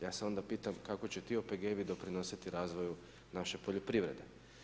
Ja se onda pitam kako će ti OPG-ovi doprinositi razvoju naše poljoprivrede?